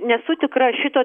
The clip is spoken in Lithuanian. nesu tikra šito